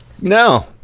no